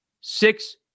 six